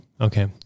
okay